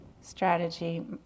strategy